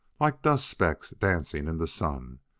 like dust specks dancing in the sun,